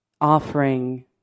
offering